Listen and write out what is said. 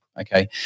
okay